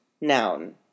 Noun